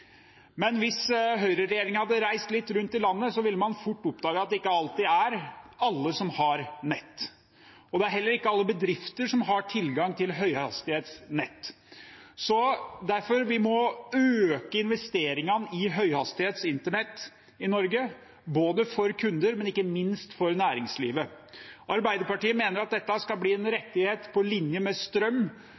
Men hvis høyreregjeringen hadde reist litt rundt i landet, ville man fort oppdaget at ikke alle alltid har nett, og det er heller ikke alle bedrifter som har tilgang til høyhastighetsnett. Derfor må vi øke investeringene i høyhastighetsinternett i Norge, både for kunder og – ikke minst – for næringslivet. Arbeiderpartiet mener dette skal bli en rettighet på linje med strøm